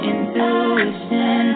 Intuition